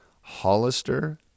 Hollister